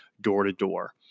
door-to-door